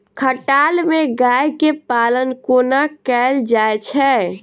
खटाल मे गाय केँ पालन कोना कैल जाय छै?